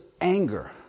anger